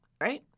Right